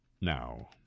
now